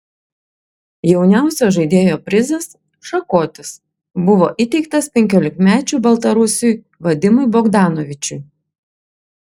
jauniausio žaidėjo prizas šakotis buvo įteiktas penkiolikmečiui baltarusiui vadimui bogdanovičiui